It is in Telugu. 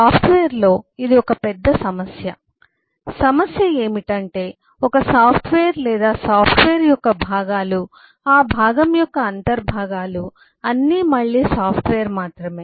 సాఫ్ట్వేర్లో ఇది ఒక పెద్ద సమస్య సమస్య ఏమిటంటే ఒక సాఫ్ట్వేర్ లేదా సాఫ్ట్వేర్ యొక్క భాగాలు ఆ భాగం యొక్క భాగాలు అన్ని మళ్లీ సాఫ్ట్వేర్ మాత్రమే